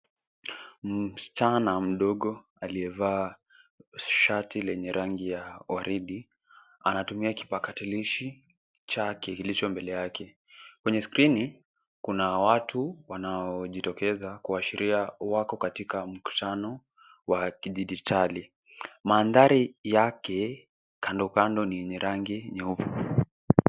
Msichana amdogo aliyevaa shati lenye rangi ya waridi, anaatumia kipakatalishi chake kilicho mbele yake. Kwenye skrini, kuna watu wanaojitokeza kuashiria wako katika mkutano wa kidijitali. Mandhari yake kandokando ni yenye rangi nyeupe.